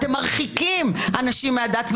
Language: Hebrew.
אתם מרחיקים אנשים מהדת,